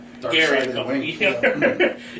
Gary